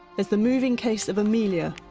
there's the moving case of amelia,